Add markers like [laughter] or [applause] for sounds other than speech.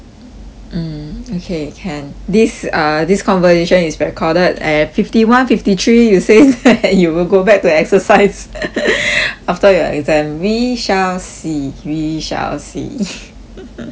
mm okay can this uh this conversation is recorded at fifty one fifty three you say that you will go back to exercise [noise] after your exam we shall see we shall see [noise]